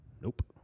Nope